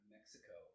Mexico